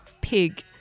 pig